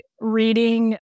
reading